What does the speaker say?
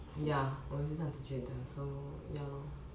ya 我也是这样子觉得 so ya lor